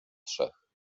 trzech